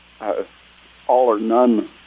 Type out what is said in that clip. all-or-none